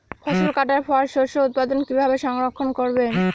ফসল কাটার পর শস্য উৎপাদন কিভাবে সংরক্ষণ করবেন?